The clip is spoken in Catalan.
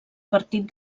partit